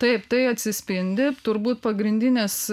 taip tai atsispindi turbūt pagrindinės